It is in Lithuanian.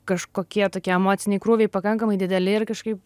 kažkokie tokie emociniai krūviai pakankamai dideli ir kažkaip